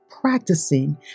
practicing